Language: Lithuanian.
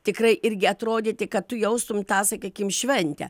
tikrai irgi atrodyti kad tu jaustum tą sakykim šventę